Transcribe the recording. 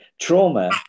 trauma